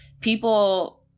People